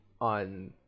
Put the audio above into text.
on